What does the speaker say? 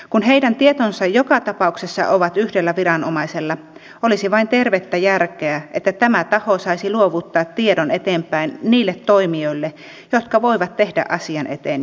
kun heidän tietonsa joka tapauksessa ovat yhdellä viranomaisella olisi vain tervettä järkeä että tämä taho saisi luovuttaa tiedon eteenpäin niille toimijoille jotka voivat tehdä asian eteen jotakin